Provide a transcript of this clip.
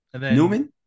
Newman